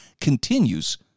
continues